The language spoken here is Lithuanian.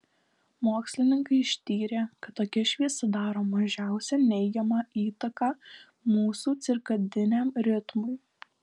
mokslininkai ištyrė kad tokia šviesa daro mažiausią neigiamą įtaką mūsų cirkadiniam ritmui